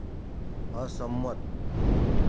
અસંમત